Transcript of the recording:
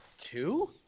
Two